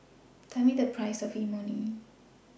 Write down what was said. Tell Me The Price of Imoni